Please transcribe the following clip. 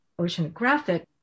oceanographic